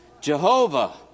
Jehovah